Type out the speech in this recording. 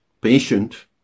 patient